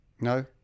No